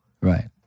Right